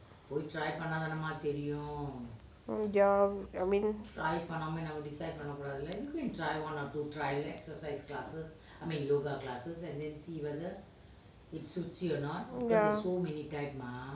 um ya I mean ya